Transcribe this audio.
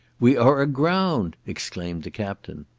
we are aground! exclaimed the captain.